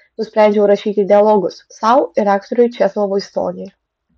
nusprendžiau rašyti dialogus sau ir aktoriui česlovui stoniui